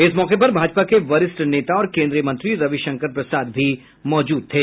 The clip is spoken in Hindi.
इस मौके पर भाजपा के वरिष्ठ नेता और केन्द्रीय मंत्री रविशंकर प्रसाद भी उपस्थित थे